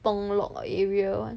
Thonglor ah area [one]